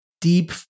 deep